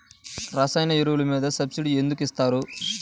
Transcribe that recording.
రసాయన ఎరువులు మీద సబ్సిడీ ఎందుకు ఇస్తారు?